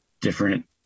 different